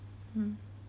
mm